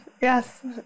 Yes